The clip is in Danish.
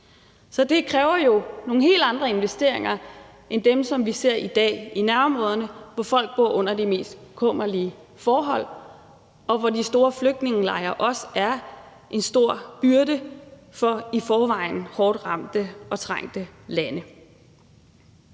Så det kræver jo nogle helt andre investeringer end dem, som vi ser i dag i nærområderne, hvor folk bor under de mest kummerlige forhold, og hvor de store flygtningelejre også er en stor byrde for de i forvejen hårdt ramte og trængte lande.